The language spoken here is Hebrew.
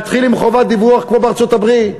להתחיל עם חובת דיווח כמו בארצות-הברית,